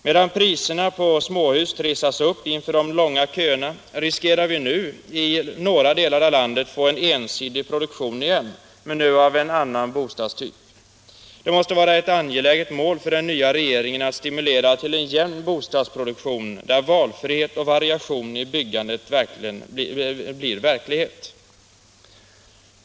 Medan priserna på småhus trissas upp inför de långa köerna riskerar vi nu i några delar av landet att få en ensidig produktion igen - men nu av en annan bostadstyp. Det måste vara ett angeläget mål för den nya regeringen att stimulera till en jämn bostadsproduktion, där valfrihet och variation i byggandet blir verklighet.